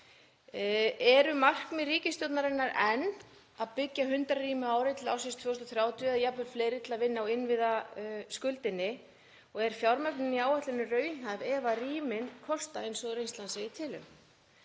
Eru markmið ríkisstjórnarinnar enn að byggja 100 rými á ári til ársins 2030 eða jafnvel fleiri til að vinna á innviðaskuldinni og er fjármögnun í áætluninni raunhæf ef rýmin kosta eins og reynslan segir til um?